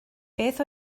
beth